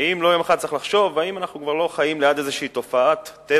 האם לא צריך לחשוב יום אחד,